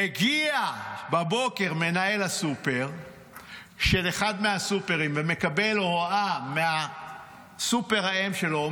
מגיע בבוקר מנהל הסופר של אחד מהסופרים ומקבל הוראה מסופר האם שלו,